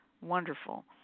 Wonderful